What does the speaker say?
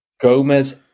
Gomez